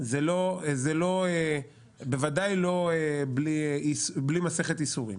זה בוודאי לא בלי מסכת ייסורים.